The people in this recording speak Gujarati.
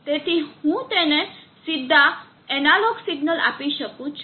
તેથી હું તેને સીધા એનાલોગ સિગ્નલ આપી શકું છું